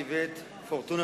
ואיווט פורטונה,